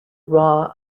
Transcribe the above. raw